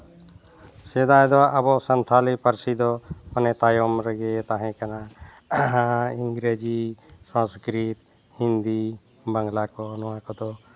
ᱥᱮᱫᱟᱭ ᱫᱚ ᱟᱵᱚ ᱥᱟᱱᱛᱟᱞᱤ ᱯᱟᱹᱨᱥᱤ ᱫᱚ ᱚᱱᱮ ᱛᱟᱭᱚᱢ ᱨᱮᱜᱮ ᱛᱟᱦᱮᱸ ᱠᱟᱱᱟ ᱤᱝᱨᱮᱡᱤ ᱥᱚᱝᱥᱠᱨᱤᱛ ᱦᱤᱱᱫᱤ ᱵᱟᱝᱞᱟ ᱠᱚ ᱱᱚᱣᱟ ᱠᱚᱫᱚ